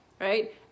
right